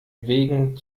wegen